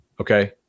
Okay